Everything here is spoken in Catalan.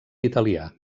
italià